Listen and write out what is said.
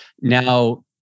Now